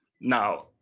Now